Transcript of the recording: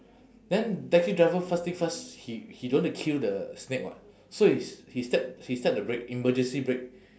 then taxi driver first thing first he he don't want to kill the snake [what] so he s~ he step he step the brake emergency brake